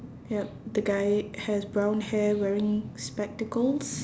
yup the guy has brown hair wearing spectacles